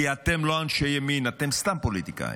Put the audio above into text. כי אתם לא אנשי ימין, אתם סתם פוליטיקאים,